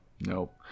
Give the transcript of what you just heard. Nope